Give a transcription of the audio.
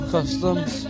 Customs